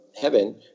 heaven